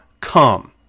come